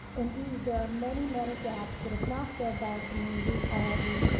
indeed there are many many gaps that if not filled by our community, i argue,